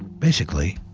basically,